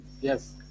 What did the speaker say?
Yes